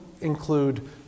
include